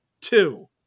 two